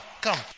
come